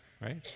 right